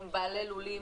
לולים,